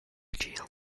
jail